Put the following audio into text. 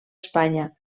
espanya